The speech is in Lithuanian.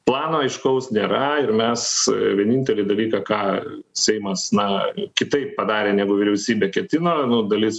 plano aiškaus nėra ir mes vienintelį dalyką ką seimas na kitaip padarė negu vyriausybė ketino nu dalis